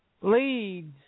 leads